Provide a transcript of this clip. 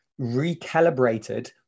recalibrated